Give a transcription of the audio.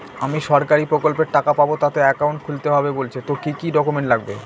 আমি সরকারি প্রকল্পের টাকা পাবো তাতে একাউন্ট খুলতে হবে বলছে তো কি কী ডকুমেন্ট লাগবে?